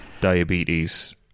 diabetes